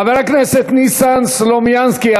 חבר הכנסת ניסן סלומינסקי,